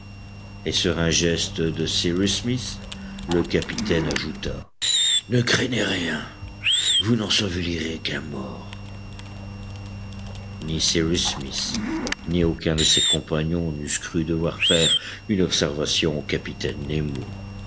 et sur un geste de cyrus smith le capitaine ajouta ne craignez rien vous n'ensevelirez qu'un mort ni cyrus smith ni aucun de ses compagnons n'eussent cru devoir faire une observation au capitaine nemo